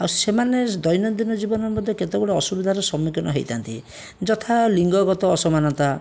ଆଉ ସେମାନେ ଦୈନଦିନ ଜୀବନରେ ମଧ୍ୟ କେତେଗୁଡ଼ିଏ ଅସୁବିଧାର ସମ୍ମୁଖୀନ ହେଇଥାଆନ୍ତି ଯଥା ଲିଙ୍ଗଗତ ଅସମାନତା